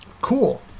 cool